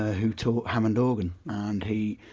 who taught hammond organ and he